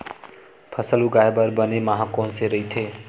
फसल उगाये बर बने माह कोन से राइथे?